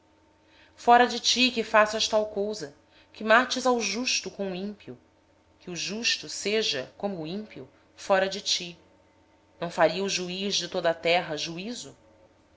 longe de ti que faças tal coisa que mates o justo com o ímpio de modo que o justo seja como o ímpio esteja isto longe de ti não fará justiça o juiz de toda a terra